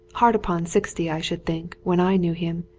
hard upon sixty, i should think, when i knew him,